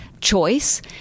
choice